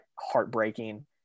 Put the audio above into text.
Heartbreaking